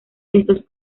estos